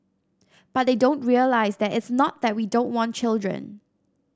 but they don't realise that it's not that we don't want children